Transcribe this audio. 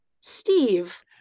Steve